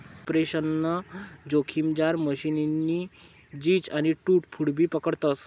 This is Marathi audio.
आपरेशनल जोखिममझार मशीननी झीज आणि टूट फूटबी पकडतस